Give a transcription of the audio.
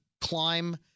climb